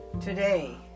today